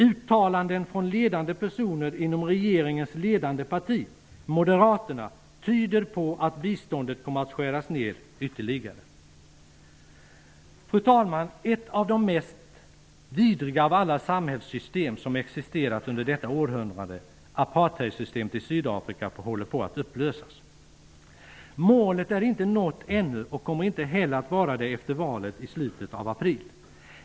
Uttalanden från ledande personer inom regeringens ledande parti, Moderaterna, tyder på att biståndet kommer att skäras ned ytterligare. Fru talman! Ett av de mest vidriga av alla samhällssystem som har existerat under detta århundrade, apartheidsystemet i Sydafrika, håller på att upplösas. Målet är inte nått ännu och kommer inte heller att vara det efter valet i slutet av april.